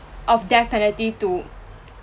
of death penalty to